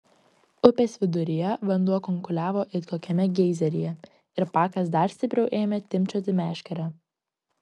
upės viduryje vanduo kunkuliavo it kokiame geizeryje ir pakas dar stipriau ėmė timpčioti meškerę